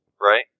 right